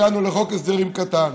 הגענו לחוק הסדרים קטן,